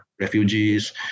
refugees